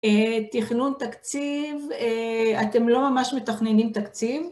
תכנון תקציב, אתם לא ממש מתכננים תקציב